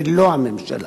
ולא הממשלה.